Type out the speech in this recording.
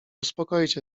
uspokoić